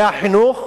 מהחינוך,